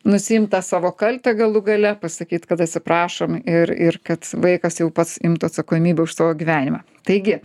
nusiimt tą savo kaltę galų gale pasakyt kad atsiprašom ir ir kad vaikas jau pats imtų atsakomybę už savo gyvenimą taigi